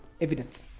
evidence